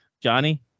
Johnny